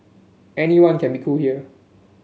anyone can be cool here